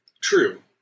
True